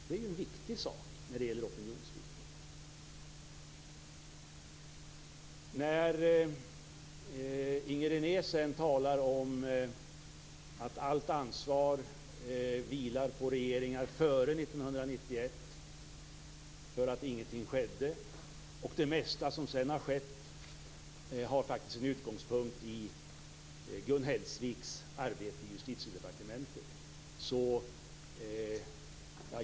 Det är ju en viktig sak när det gäller opinionsbildning. Inger René talade om att allt ansvar för att det inte skedde någonting vilar på den regering som hade makten före 1991 och att det mesta som senare har skett har sin utgångspunkt i Gun Hellsviks arbete i Justitiedepartementet.